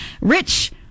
Rich